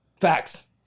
Facts